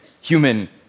human